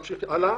הלאה,